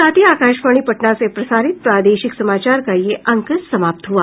इसके साथ ही आकाशवाणी पटना से प्रसारित प्रादेशिक समाचार का ये अंक समाप्त हुआ